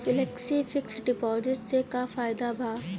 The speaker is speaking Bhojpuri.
फेलेक्सी फिक्स डिपाँजिट से का फायदा भा?